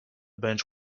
bench